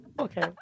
Okay